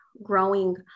Growing